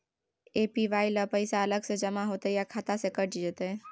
APY ल पैसा अलग स जमा होतै या खाता स कैट जेतै?